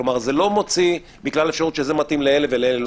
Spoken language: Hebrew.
כלומר זה לא מוציא מן הכלל בגלל אפשרות שזה מתאים לאלה אך לא לאלה.